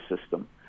system